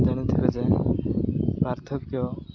ଜାଣୁଥିବେ ଯେ ପାର୍ଥକ୍ୟ